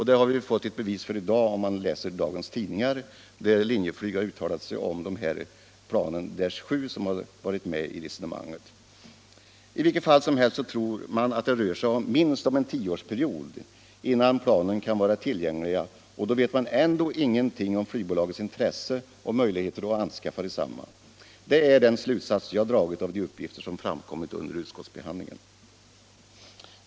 Det har vi fått ett bevis för i dag om vi läst dagens tidningar, där Linjeflyg har uttalat sig om de här planen. I vilket fall som helst tror man att det rör sig minst om en tioårsperiod innan planen kan vara tillgängliga, och då vet man ändå ingenting om flygbolagens intresse för och möjligheter att anskaffa desamma. Det är den slutsats jag dragit av de uppgifter som framkommit under utskottsbehandlingen.